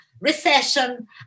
recession